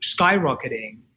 skyrocketing